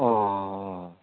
অঁ অঁ